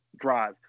drive